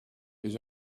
his